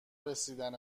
رسیدیم